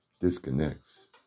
disconnects